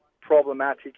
problematic